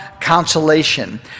consolation